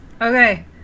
Okay